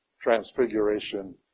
transfiguration